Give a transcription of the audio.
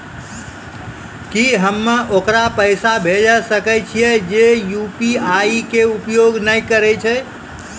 की हम्मय ओकरा पैसा भेजै सकय छियै जे यु.पी.आई के उपयोग नए करे छै?